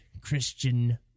Christian